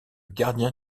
gardien